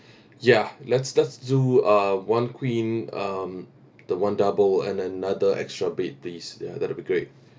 ya let's let's do uh one queen um the one double and then another extra bed please ya that'll be great